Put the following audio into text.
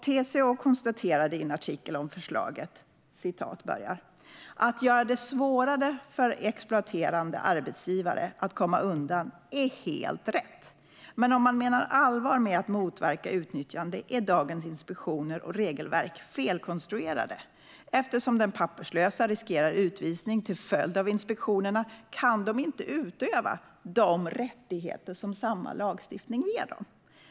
TCO konstaterade följande i en artikel om förslaget: "Att göra det svårare för exploaterande arbetsgivare att komma undan är helt rätt. Men om man menar allvar med att motverka utnyttjande är dagens inspektioner och regelverk felkonstruerade. Eftersom den papperslösa riskerar utvisning till följd av inspektionerna kan de inte utöva de rättigheter som samma lagstiftning ger dem.